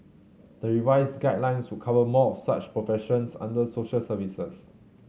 the revised guidelines would cover more of such professions under social services